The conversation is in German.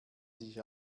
sich